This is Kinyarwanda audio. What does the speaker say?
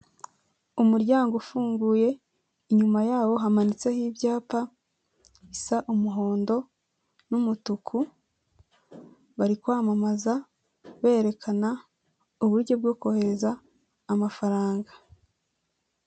Umuryango ufunguye, inyuma yabowo hamanitseho ibyapa bisa umuhondo n'umutuku, bari kwamamaza berekana uburyo bwo kohereza amafaranga.